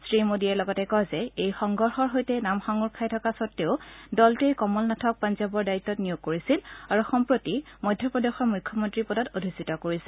শ্ৰীমোদীয়ে লগতে কয় যে এই সংঘৰ্ষৰ সৈতে নাম সাঙোৰ খাই থকা সদ্বেও দলটোৱে কমল নাথক পঞ্জাৱৰ দায়িত্বত নিয়োগ কৰিছিল আৰু সম্প্ৰতি মধ্য প্ৰদেশৰ মুখ্যমন্ত্ৰী পদত অধিষ্ঠিত কৰিছে